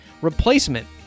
replacement